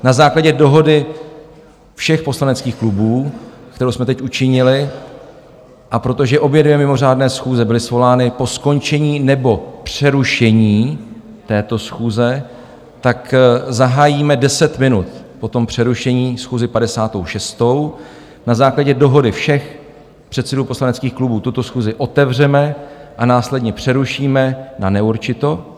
Na základě dohody všech poslaneckých klubů, kterou jsme teď učinili, a protože obě dvě mimořádné schůze byly svolány po skončení nebo přerušení této schůze, tak zahájíme deset minut po tom přerušení schůzi 56., na základě dohody všech předsedů poslaneckých klubů tuto schůzi otevřeme a následně přerušíme na neurčito.